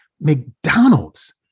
McDonald's